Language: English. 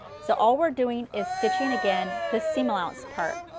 so all we're doing is stitching again this seam allowance part.